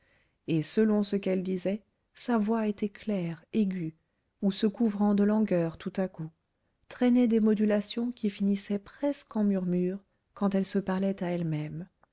et selon ce qu'elle disait sa voix était claire aiguë ou se couvrant de langueur tout à coup traînait des modulations qui finissaient presque en murmures quand elle se parlait à ellemême